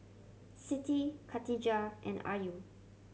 Siti Katijah and Ayu